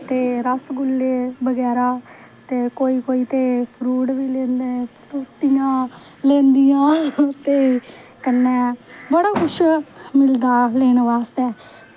ते रस्सगुल्ले बगैरा ते कोई कोई ते फ्रूट बी लेंदे फ्रूटियां लेंदियां ते कन्नै बड़ा कुश मिलदा लेने आस्तै